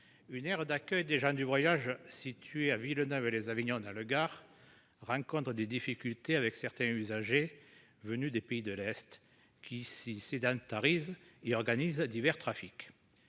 Une aire d'accueil des gens du voyage situé à Villeneuve les Avignon, dans le Gard rencontrent des difficultés avec certains usagers venus des pays de l'Est qui ici sédentarise et organise à divers trafics.